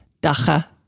Dacha